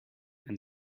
and